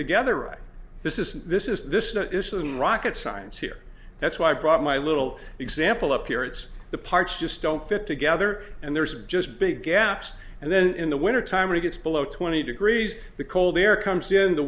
together right this is this is this this isn't rocket science here that's why i brought my little example up here it's the parts just don't fit together and there's just big gaps and then in the winter time really gets below twenty degrees the cold air comes in